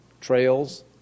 trails